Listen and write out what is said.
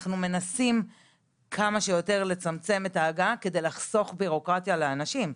אנחנו מנסים כמה שיותר לצמצם את ההגעה כדי לחסוך בירוקרטיה לאנשים.